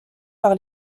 par